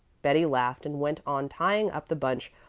betty laughed and went on tying up the bunch,